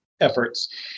efforts